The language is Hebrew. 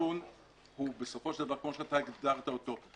הדיון הוא בסופו של דבר כמו שאתה הגדרת אותו,